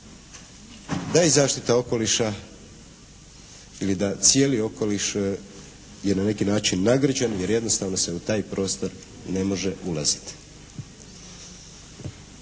da je zaštita okoliša ili da cijeli okoliš je na neki način nagrđen jer jednostavno se u taj prostor ne može ulaziti.